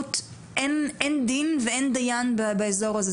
שפשוט אין דין ואין דיין באזור הזה,